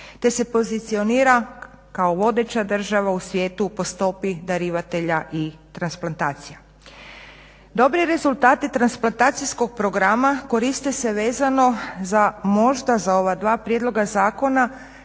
te se pozicionira kao vodeća država u svijetu po stopi darivatelja i transplantacija. Dobre rezultate transplantacijskog programa koriste se vezano možda za ova dva prijedloga zakona